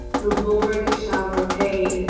the lord shall repay.